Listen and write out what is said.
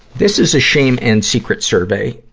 this is a shame and secret survey,